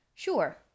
sure